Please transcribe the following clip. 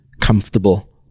comfortable